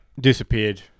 Disappeared